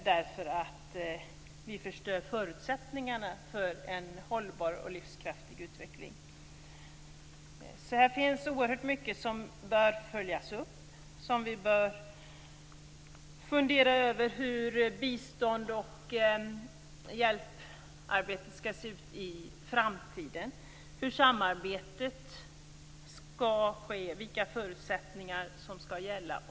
Då förstör vi förutsättningarna för en hållbar och livskraftig utveckling. Här finns alltså oerhört mycket som bör följas upp. Vi bör fundera över hur biståndet och hjälparbetet skall se ut i framtiden, hur samarbetet skall ske och vilka förutsättningar som skall gälla.